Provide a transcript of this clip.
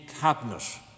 cabinet